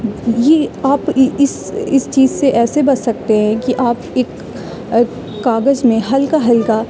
یہ آپ اس اس چیز سے ایسے بچ سکتے ہیں کی آپ اک کاغذ میں ہلکا ہلکا